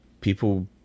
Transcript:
people